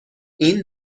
این